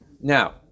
Now